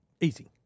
Easy